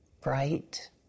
bright